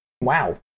wow